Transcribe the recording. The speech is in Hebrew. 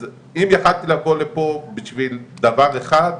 אז אם יכולתי לבוא לפה בשביל דבר אחד,